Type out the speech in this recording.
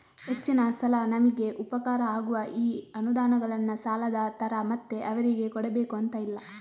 ಹೆಚ್ಚಿನ ಸಲ ನಮಿಗೆ ಉಪಕಾರ ಆಗುವ ಈ ಅನುದಾನಗಳನ್ನ ಸಾಲದ ತರ ಮತ್ತೆ ಅವರಿಗೆ ಕೊಡಬೇಕು ಅಂತ ಇಲ್ಲ